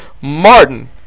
Martin